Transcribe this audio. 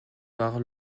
par